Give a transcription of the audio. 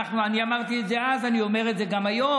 אני אמרתי את זה אז, אני אומר את זה גם היום.